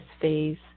phase